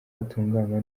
hatunganywa